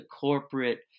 corporate